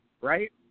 right